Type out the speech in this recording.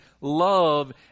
love